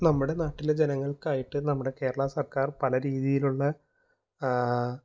നമ്മുടെ നാട്ടിലെ ജനങ്ങൾക്കായിട്ട് നമ്മുടെ കേരളാ സർക്കാർ പല രീതിയിലുള്ള